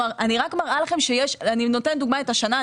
אני רק מראה לכם ואני נותנת את הדוגמה של השנה.